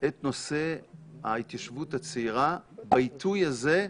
את נושא ההתיישבות הצעירה בעיתוי הזה.